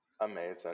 Amazing